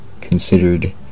considered